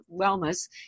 wellness